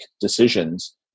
decisions